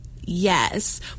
yes